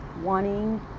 wanting